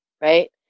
right